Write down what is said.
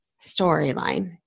storyline